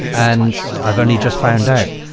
and i've only just found out.